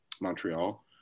Montreal